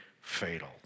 fatal